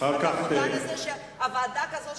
אתה מודע לזה שוועדה כזאת,